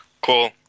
Cool